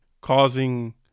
causing